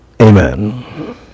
Amen